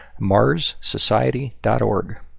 Marssociety.org